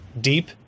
deep